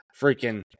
freaking